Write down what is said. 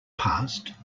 past